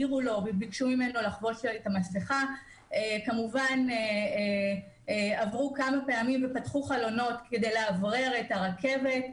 הם עברו כמה פעמים ופתחו חלונות כדי לאוורר את הרכבת.